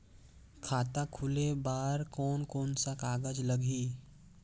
खाता खुले बार कोन कोन सा कागज़ लगही?